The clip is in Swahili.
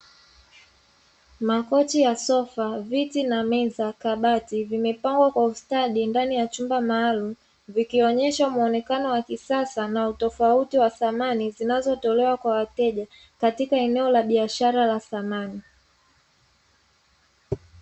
Makochi ya sofa, viti na meza, kabati vimepangwa kwa ustadi ndani ya chumba maalumu vikionyesha muonekano wa kisasa na utofauti wa samani zinazotolewa kwa wateja katika eneo la biashara la samani.